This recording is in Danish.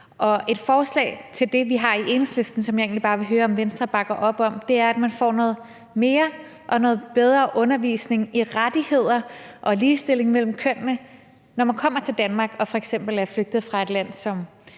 et forslag fra Enhedslistens side til det, som jeg egentlig bare vil høre om Venstre bakker op om, er, at man får noget mere og noget bedre undervisning i rettigheder og ligestilling mellem kønnene, når man kommer til Danmark og f.eks. er flygtet fra lande som